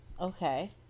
Okay